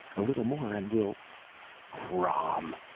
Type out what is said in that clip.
a little more and we'll crom!